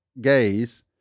gaze